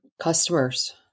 Customers